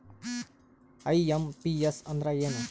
IMPS ಅಂದ್ರ ಏನು?